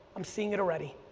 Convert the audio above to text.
i'm seeing it already.